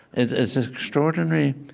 it is extraordinary.